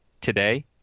today